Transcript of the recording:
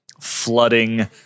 flooding